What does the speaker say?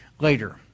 later